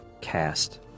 cast